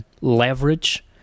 leverage